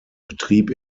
betrieb